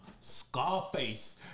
Scarface